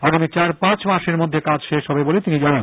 আগামী চার পাঁচ মাসের মধ্যে কাজ শেষ হবে বলে তিনি জানান